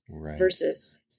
versus